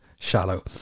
shallow